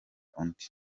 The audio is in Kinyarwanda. undi